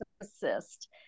assist